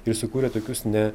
ir sukūrė tokius ne